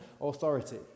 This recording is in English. authority